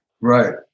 Right